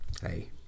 Hey